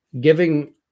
giving